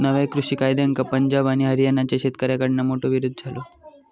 नव्या कृषि कायद्यांका पंजाब आणि हरयाणाच्या शेतकऱ्याकडना मोठो विरोध झालो